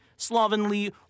slovenly